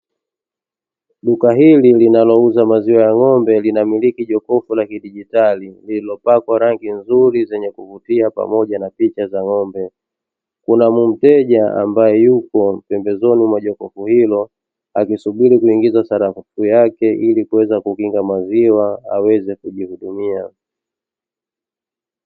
Duka hili linayouza maziwa ya ng'ombe linamiliki jokofu na kidijitali lililopakwa rangi nzuri zenye kuvutia pamoja na picha za ng'ombe kuna mteja ambaye yupo pembezoni mwa jokofu hilo akisubiri kuingiza sarafu yake ili kuweza kukinga maziwa aweze kujihudumia.